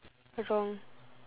wrong